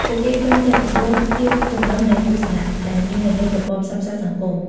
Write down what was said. ពួកគេពេញចិត្តចំពោះភាពចម្រុះនៃទស្សនៈដែលមាននៅលើប្រព័ន្ធផ្សព្វផ្សាយសង្គម។